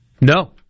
No